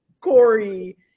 Corey